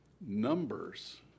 numbers